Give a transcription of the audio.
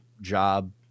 job